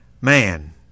man